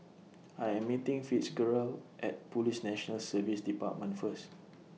I Am meeting Fitzgerald At Police National Service department First